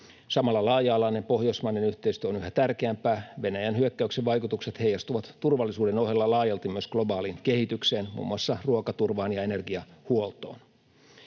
Samalla laaja-alainen pohjoismainen yhteistyö on yhä tärkeämpää. Venäjän hyökkäyksen vaikutukset heijastuvat turvallisuuden ohella laajasti myös globaaliin kehitykseen, muun muassa ruokaturvaan ja energiahuoltoon.